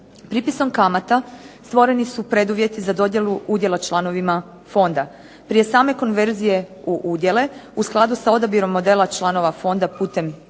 Pripisom kamata stvoreni su preduvjeti za dodjelu udjela članovima fonda. Prije same konverzije u udjele u skladu sa odabirom modela članova fonda putem